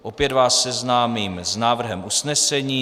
Opět vás seznámím s návrhem usnesení.